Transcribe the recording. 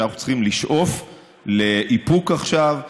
שאנחנו צריכים לשאוף לאיפוק עכשיו,